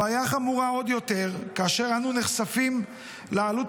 הבעיה חמורה עוד יותר כאשר אנו נחשפים לעלות